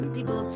People